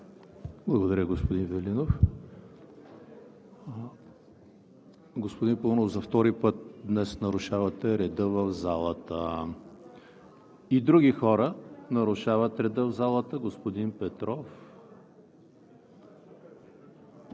Благодаря, господин Велинов. Господин Паунов, за втори път днес нарушавате реда в залата. И други хора нарушават реда в залата – господин Петров.